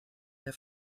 der